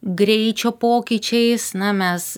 greičio pokyčiais na mes